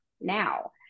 now